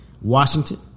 Washington